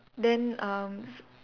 then um